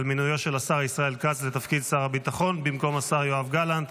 על מינויו של השר ישראל כץ לתפקיד שר הביטחון במקום השר יואב גלנט,